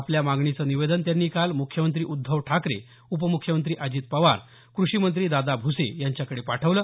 आपल्या मागणीचं निवेदन त्यांनी काल मुख्यमंत्री उद्धव ठाकरे उपमुख्यमंत्री अजित पवार कृषी मंत्री दादा भुसे यांच्याकडे पाठवलं